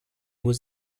was